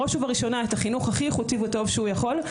בראש ובראשונה את החינוך הכי איכותי והטוב שהוא יכול,